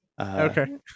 okay